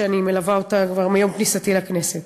שאני מלווה כבר מיום כניסתי לכנסת: